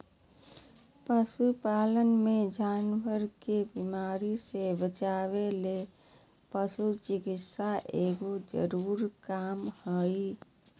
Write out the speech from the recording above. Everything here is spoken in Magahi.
पशु पालन मे जानवर के बीमारी से बचावय ले पशु चिकित्सा एगो जरूरी काम हय